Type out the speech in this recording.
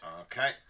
Okay